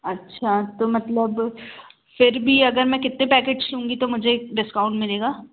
अच्छा तो मतलब फिर भी अगर मैं कितने पैकेट्स लूँगी तो मुझे डिस्काउंट मिलेगा